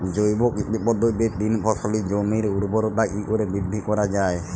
জৈব কৃষি পদ্ধতিতে তিন ফসলী জমির ঊর্বরতা কি করে বৃদ্ধি করা য়ায়?